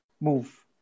move